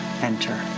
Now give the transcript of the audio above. enter